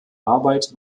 arbeit